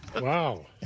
Wow